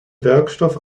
werkstoff